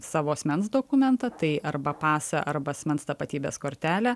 savo asmens dokumentą tai arba pasą arba asmens tapatybės kortelę